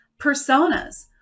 personas